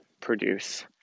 produce